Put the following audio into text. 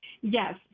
Yes